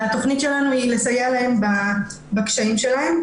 התוכנית שלנו היא לסייע להן בקשיים שלהן.